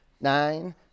nine